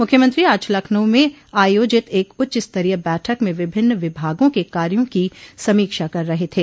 मुख्यमंत्री आज लखनऊ में आयोजित एक उच्चस्तरीय बैठक में विभिन्न विभागों के कार्यो की समीक्षा कर रहे थे